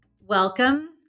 Welcome